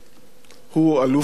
הוא אלוף מעוטר,